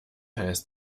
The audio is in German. heißt